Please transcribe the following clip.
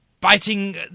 biting